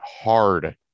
hard